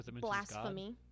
Blasphemy